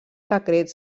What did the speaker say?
secrets